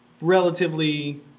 relatively